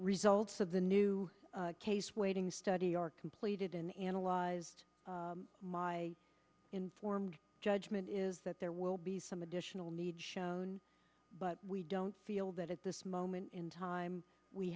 results of the new case waiting study are completed in analyzed my informed judgment is that there will be some additional need shown but we don't feel that at this moment in time we